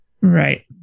Right